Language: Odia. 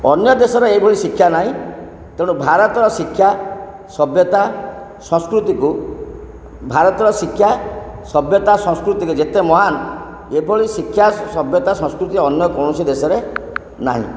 ଅନ୍ୟଦେଶର ଏଇଭଳି ଶିକ୍ଷା ନାହିଁ ତେଣୁ ଭାରତର ଶିକ୍ଷା ସଭ୍ୟତା ସଂସ୍କୃତିକୁ ଭାରତର ଶିକ୍ଷା ସଭ୍ୟତା ସଂସ୍କୃତି ଯେତେ ମହାନ ଏଭଳି ଶିକ୍ଷା ସଭ୍ୟତା ସଂସ୍କୃତି ଅନ୍ୟ କୌଣସି ଦେଶରେ ନାହିଁ